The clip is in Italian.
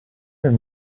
nel